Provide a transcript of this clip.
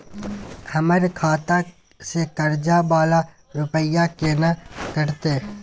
हमर खाता से कर्जा वाला रुपिया केना कटते?